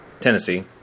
Tennessee